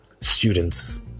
students